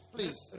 Please